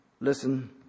Listen